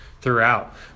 throughout